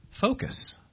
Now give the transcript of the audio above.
focus